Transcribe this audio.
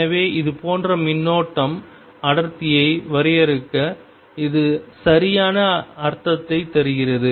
எனவே இது போன்ற மின்னோட்டம் அடர்த்தியை வரையறுக்க இது சரியான அர்த்தத்தை தருகிறது